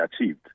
achieved